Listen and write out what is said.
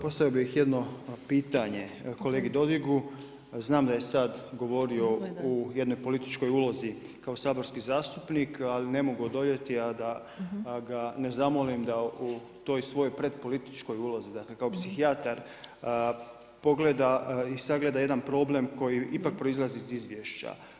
Postavio bih jedno pitanje kolegi Dodigu, znam da je sada govorio u jednoj političkoj ulozi kao saborski zastupnik, ali ne mogu odoljeti, a da ne zamolim da u toj svojoj predpolitičkoj ulozi kao psihijatar pogleda i sagleda jedan problem koji ipak proizlazi iz izvješća.